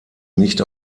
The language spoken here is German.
nicht